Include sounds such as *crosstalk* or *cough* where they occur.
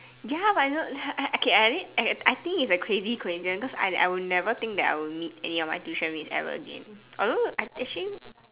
ya but I don't like okay *noise* I think it's a crazy coincidence because I will never think that I'll meet any of my tuition mates ever again although actually